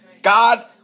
God